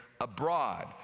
abroad